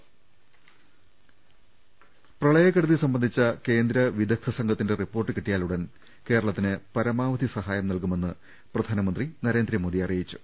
O ്ട ൻ പ്രളയക്കെടുതി സംബന്ധിച്ച കേന്ദ്ര വിദഗ്ധ സംഘത്തിന്റെ റിപ്പോർട്ട് കിട്ടിയാലൂടൻ കേരളത്തിന് പരമാവധി സഹായം നൽകുമെന്ന് പ്രധാനമന്ത്രി നരേന്ദ്രമോദി അറിയിച്ചു